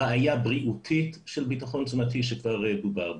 בעיה בריאותית של בטחון תזונתי שכבר דובר פה.